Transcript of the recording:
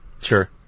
Sure